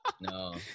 no